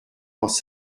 dans